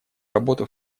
работу